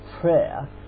prayer